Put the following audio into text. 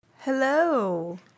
Hello